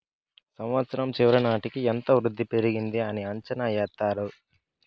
సంవచ్చరం చివరి నాటికి ఎంత వృద్ధి పెరిగింది అని అంచనా ఎత్తారు